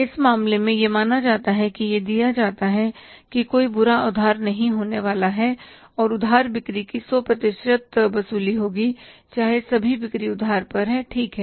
इस मामले में यह माना जाता है यह दिया जाता है कि कोई बुरा उधार नहीं होने वाला है और उधार बिक्री की 100 प्रतिशत वसूली होगी चाहे सभी बिक्री उधार पर हैं ठीक है